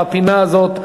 בפינה הזאת,